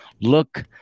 Look